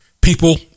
People